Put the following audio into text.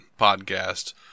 podcast